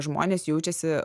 žmonės jaučiasi